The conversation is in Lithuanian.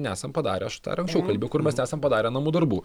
nesam padarę aš tą ir anksčiau kalbėjai kur mes nesam padarę namų darbų